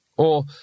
Or